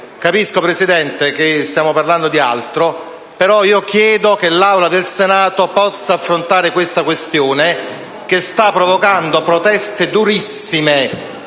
capisco che stiamo parlando di altro, però chiedo che l'Aula del Senato possa affrontare tale questione che sta provocando le proteste durissime